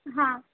હા